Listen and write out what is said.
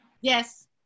Yes